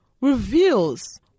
reveals